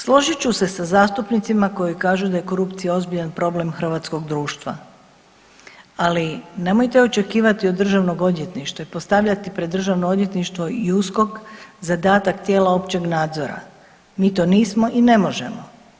Složit ću se sa zastupnicima koji kažu da je korupcija ozbiljan problem hrvatskog društva, ali nemojte očekivati od državnog odvjetništva i postavljati pred državno odvjetništvo i USKOK zadatak tijela općeg nadzora, mi to nismo i ne možemo.